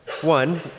one